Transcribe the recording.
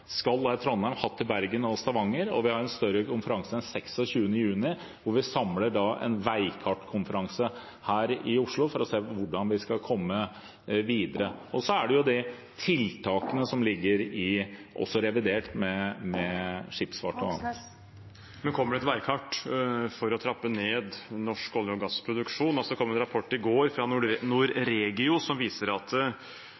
hatt det i Oslo, Tromsø, Bergen og Stavanger og skal ha det i Trondheim. Vi har også en større konferanse den 26. juni, hvor vi samler folk til en veikartskonferanse her i Oslo, for å se hvordan vi skal komme oss videre. Så har vi også tiltakene som ligger i revidert budsjett, for skipsfart o.a. Det blir oppfølgingsspørsmål – først Bjørnar Moxnes. Men kommer det et veikart for å trappe ned norsk olje- og gassproduksjon? Det kom en rapport i